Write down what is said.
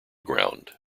ground